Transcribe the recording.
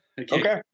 Okay